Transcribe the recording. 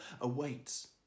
awaits